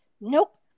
Nope